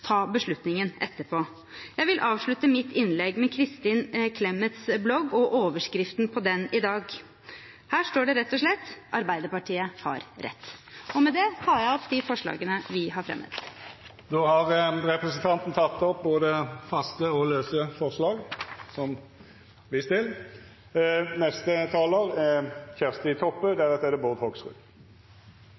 ta beslutningen etterpå. Jeg vil avslutte mitt innlegg med overskriften på Kristin Clemets blogg i dag. Her står det rett og slett: «Arbeiderpartiet har rett». Med det tar jeg opp de forslagene vi har fremmet. Representanten Tuva Moflag har teke opp dei forslaga ho refererte til.